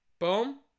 boom